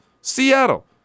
Seattle